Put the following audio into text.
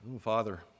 Father